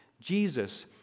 Jesus